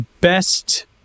best